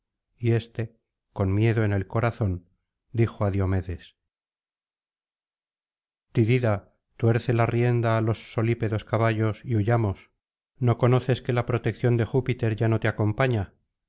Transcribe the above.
y éste con miedo en el corazón dijo á diomedes tidida tuerce la rienda á los solípedos caballos y huyamos no conoces que la protección de júpiter ya no te acompaña